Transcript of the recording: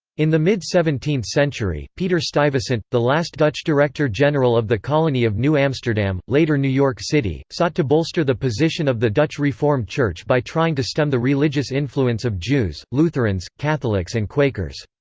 in the mid seventeenth century, peter stuyvesant, the last dutch director-general of the colony of new amsterdam, later new york city, sought to bolster the position of the dutch reformed church by trying to stem the religious influence of jews, lutherans, catholics and quakers.